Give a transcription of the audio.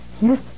Yes